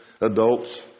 adults